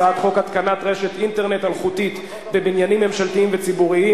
הצעת חוק התקנת רשת אינטרנט אלחוטית בבניינים ממשלתיים וציבוריים,